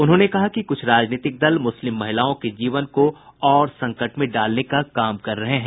उन्होंने कहा कि कुछ राजनीतिक दल मुस्लिम महिलाओं के जीवन को और संकट में डालने का काम कर रहे हैं